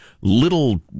little